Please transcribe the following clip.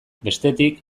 bestetik